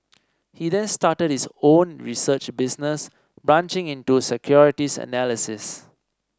he then started his own research business branching into securities analysis